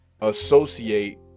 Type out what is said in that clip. associate